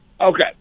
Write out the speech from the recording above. Okay